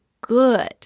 good